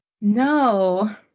No